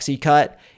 cut